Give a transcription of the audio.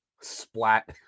splat